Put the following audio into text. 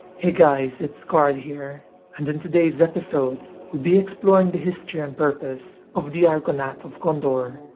hey guys, it's karl here and in today's episode we'll be exploring the history and purpose of the argonath of gondor.